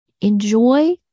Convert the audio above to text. Enjoy